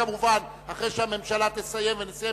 כמובן אחרי שהממשלה תסיים ונסיים,